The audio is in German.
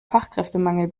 fachkräftemangel